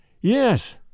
Yes